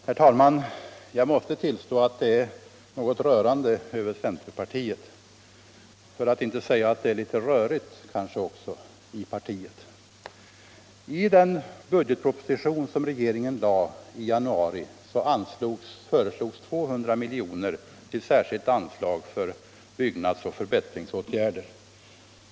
Herr talman! Jag måste tillstå att det är något rörande över centerpartiet —- för att inte tala om att det också är litet rörigt i partiet. I den budgetproposition som regeringen framlade i januari föreslogs 200 miljoner till särskilt anslag till byggnadsoch förbättringsåtgärder.